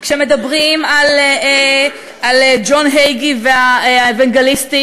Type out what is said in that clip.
כשמדברים על ג'ון הייגי האוונגליסטי,